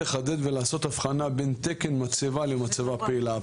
--- אני מבקש לחדד ולעשות הבחנה בין תקן מצבה למצבה פעילה.